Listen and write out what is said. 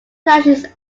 lashes